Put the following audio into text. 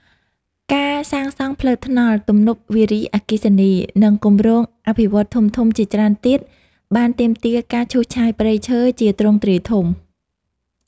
ការសាងសង់ផ្លូវថ្នល់ ទំនប់វារីអគ្គិសនី និងគម្រោងអភិវឌ្ឍន៍ធំៗជាច្រើនទៀតបានទាមទារការឈូសឆាយព្រៃឈើជាទ្រង់ទ្រាយធំ។